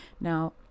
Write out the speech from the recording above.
Now